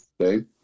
Okay